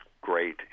great